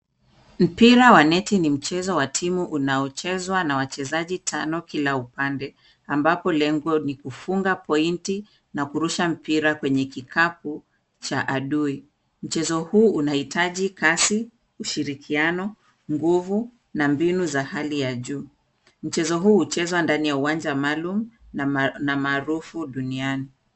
Mpira wa neti ni mchezo wa timu unaochezwa na wachezaji tano kila upande ambapo lengo ni kufunga pointi na kurusha mpira kwenye kikapu cha adui. Mchezo huu unahitaji kasi, ushirikiano, nguvu na mbinu za hali ya juu. Mchezo huu huchezwa ndani ya uwanja maalum na maarufu duniani.